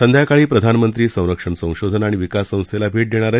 संध्याकाळी प्रधानमंत्री संरक्षण संशोधन आणि विकास संस्थेला भेट देणार आहेत